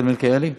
מיכאל מלכיאלי.